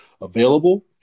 available